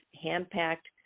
hand-packed